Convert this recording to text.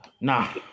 Nah